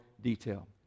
detail